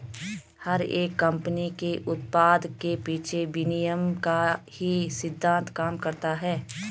हर एक कम्पनी के उत्पाद के पीछे विनिमय का ही सिद्धान्त काम करता है